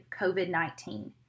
COVID-19